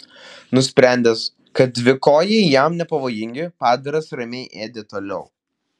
nusprendęs kad dvikojai jam nepavojingi padaras ramiai ėdė toliau